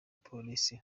polisi